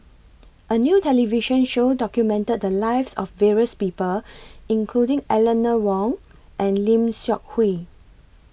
A New television Show documented The Lives of various People including Eleanor Wong and Lim Seok Hui